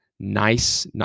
Nice